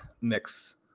mix